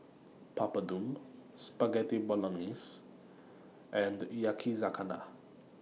Papadum Spaghetti Bolognese and Yakizakana